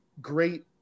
great